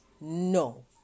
No